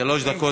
שלוש דקות.